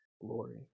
glory